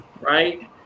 right